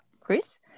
Chris